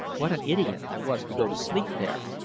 what an idiot i was to go to sleep there!